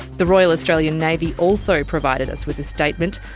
the royal australian navy also provided us with a statement,